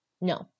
No